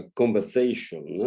conversation